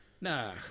Nah